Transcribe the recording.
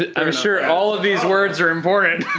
ah i'm sure all of these words are important.